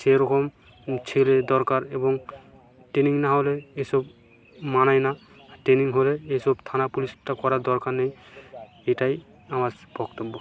সেইরকম ছেলের দরকার এবং ট্রেনিং না হলে এসব মানায় না ট্রেনিং হলে এসব থানা পুলিশটা করার দরকার নেই এটাই আমার বক্তব্য